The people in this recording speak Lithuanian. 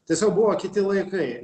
tiesiog buvo kiti laikai